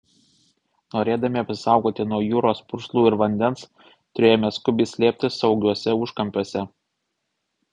norėdami apsisaugoti nuo jūros purslų ir vandens turėjome skubiai slėptis saugiuose užkampiuose